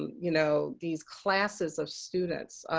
you know, these classes of students?